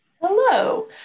Hello